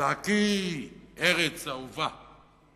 זעקי ארץ אהובה.